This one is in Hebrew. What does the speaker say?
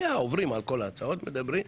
היו עוברים על כל ההצעות, מדברים.